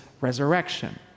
resurrection